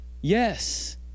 Yes